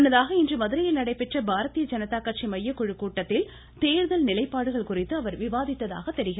முன்னதாக இன்று மதுரையில் நடைபெற்ற பாரதீய ஜனதா கட்சி மையக் குழு கூட்டத்தில் தேர்தல் நிலைப்பாடுகள் குறித்து அவர் விவாதித்ததாக தெரிகிறது